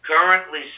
currently